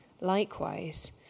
Likewise